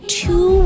two